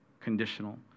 conditional